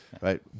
right